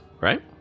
right